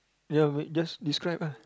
ya wait just describe lah